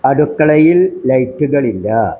അടുക്കളയിൽ ലൈറ്റുകളില്ല